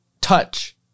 Touch